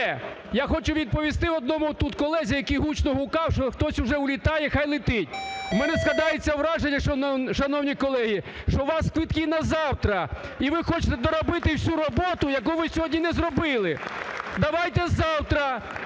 я хочу відповісти одному тут колезі, який гучно гукав, що хтось уже улітає – хай летить! В мене складається враження, шановні колеги, що у вас квитки на завтра, і ви хочете доробити всю роботу, яку ви сьогодні не зробили. Давайте завтра,